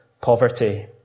poverty